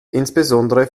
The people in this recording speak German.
insbesondere